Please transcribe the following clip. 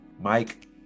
Mike